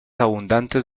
abundantes